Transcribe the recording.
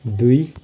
दुई